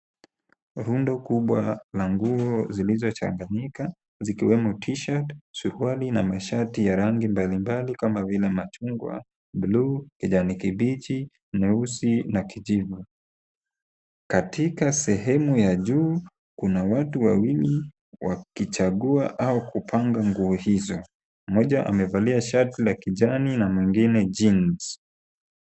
Rundo kubwa la nguo zilizochanganyika zikiwemo t-shirt , suruali na mashati ya rangi mbalimbali kama vile machungwa, bluu, kijani kibichi, nyeusi na kijivu. Katika sehemu ya juu kuna watu wawili wakichagua au kupanga nguo hizo. Mmoja amevalia shati la kijani na mwingine jeans .